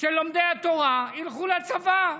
שלומדי התורה ילכו לצבא,